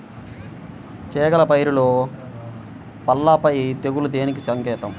చేగల పైరులో పల్లాపై తెగులు దేనికి సంకేతం?